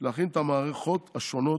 להכין את המערכות השונות